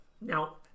Now